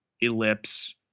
ellipse